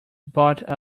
brought